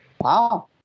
Wow